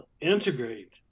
integrate